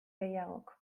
gehiagok